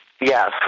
Yes